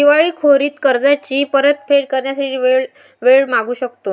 दिवाळखोरीत कर्जाची परतफेड करण्यासाठी वेळ मागू शकतो